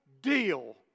deal